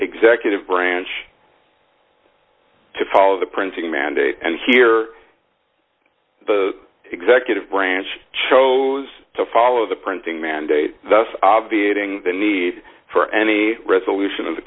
executive branch to follow the printing mandate and hear the executive branch chose to follow the printing mandate thus obviating the need for any resolution of the